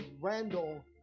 Randall